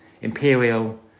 imperial